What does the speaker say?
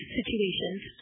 situations